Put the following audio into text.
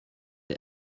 the